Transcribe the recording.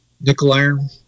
nickel-iron